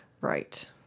Right